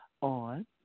on